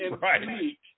Right